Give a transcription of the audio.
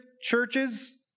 churches